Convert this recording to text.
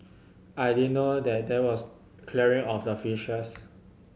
I didn't know that there was clearing of the fishes